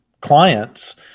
clients